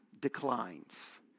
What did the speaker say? declines